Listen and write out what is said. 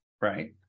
Right